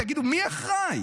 תגידו, מי אחראי?